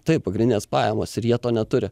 taip pagrindinės pajamos ir jie to neturi